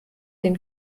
den